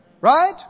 Right